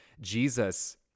Jesus